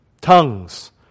tongues